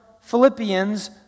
Philippians